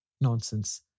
nonsense